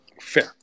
Fair